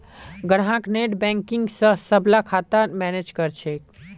ग्राहक नेटबैंकिंग स सबला खाता मैनेज कर छेक